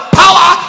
power